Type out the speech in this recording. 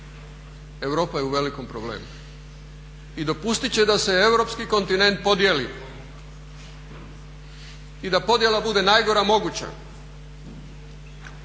Europa je u velikom problemu i dopustit će da se europski kontinent podijeli i da podjela bude najgora moguća.